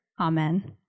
Amen